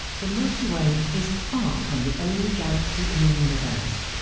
the milky way is far from the only galaxy in the universe.